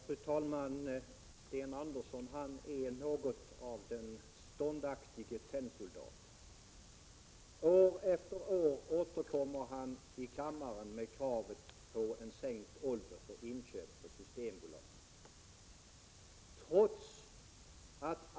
Fru talman! Sten Andersson i Malmö är något av den ståndaktige tennsoldaten. År efter år återkommer han med kravet på sänkt ålder för inköp på Systembolaget.